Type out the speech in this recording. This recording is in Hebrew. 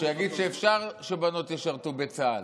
שיגיד שאפשר שבנות ישרתו בצה"ל,